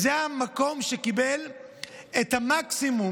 זה המקום שקיבל את המקסימום,